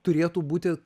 turėtų būti